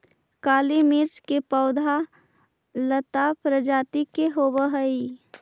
काली मिर्च के पौधा लता प्रजाति के होवऽ हइ